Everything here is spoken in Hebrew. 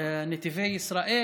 נתיבי ישראל,